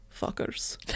fuckers